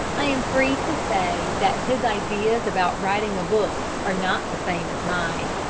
i am free to say that his ideas about writing a book are not the same as mine.